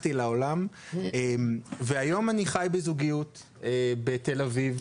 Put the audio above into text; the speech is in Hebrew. הגחתי לעולם והיום אני חי בזוגיות בתל אביב,